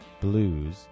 blues